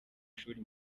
ishuri